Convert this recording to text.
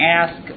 ask